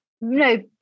No